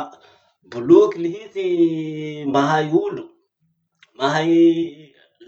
Ah! boloky lihity mahay olo. Mahay